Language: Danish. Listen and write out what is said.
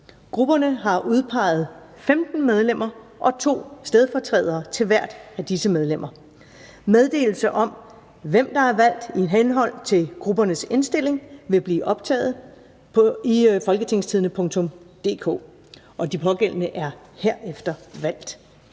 Grupperne har udpeget 15 medlemmer og to stedfortrædere for hver af disse medlemmer. Meddelelse om, hvem der er valgt i henhold til gruppernes indstilling, vil blive optaget i www.folketingstidende.dk. De pågældende er herefter valgt.